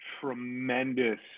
tremendous